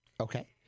Okay